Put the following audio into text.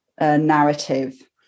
narrative